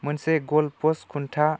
मोनसे goal post खुन्था